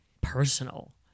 personal